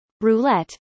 roulette